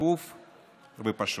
שקוף ופשוט.